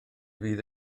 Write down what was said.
fydd